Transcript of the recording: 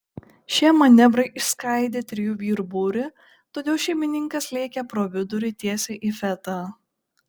šie manevrai išskaidė trijų vyrų būrį todėl šeimininkas lėkė pro vidurį tiesiai į fetą